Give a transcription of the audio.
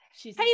Hey